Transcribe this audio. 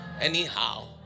Anyhow